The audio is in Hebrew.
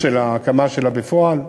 של ההקמה שלה בפועל.